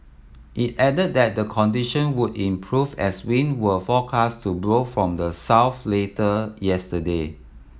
it added that the condition would improve as wind were forecast to blow from the south later yesterday